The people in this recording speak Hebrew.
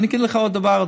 אני אגיד לך עוד דבר,